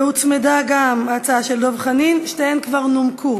והוצמדה גם ההצעה של דב חנין, שתיהן כבר נומקו.